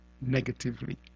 negatively